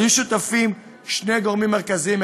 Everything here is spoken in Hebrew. היו שותפים שני גורמים מרכזיים.